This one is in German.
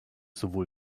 sowohl